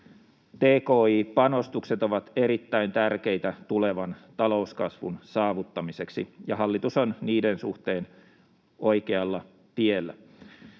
tki-panostukset ovat erittäin tärkeitä tulevan talouskasvun saavuttamiseksi, ja hallitus on niiden suhteen oikealla tiellä.